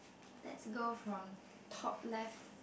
let's go from top left